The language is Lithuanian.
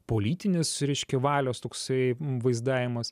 politinis reiškia valios toksai vaizdavimas